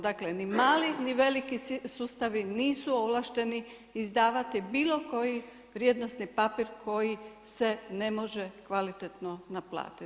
Dakle, ni mali ni veliki sustavi nisu ovlašteni izdavati bilo koji vrijednosni papir koji se ne može kvalitetno naplatiti.